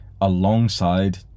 alongside